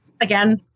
Again